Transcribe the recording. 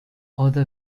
other